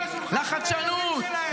לחדשנות,